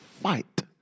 fight